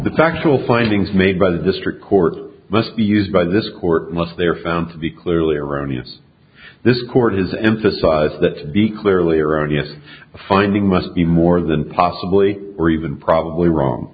the factual findings made by the district court must be used by this court unless they're found to be clearly erroneous this court has emphasized that the clearly erroneous finding must be more than possibly or even probably wrong